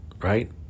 right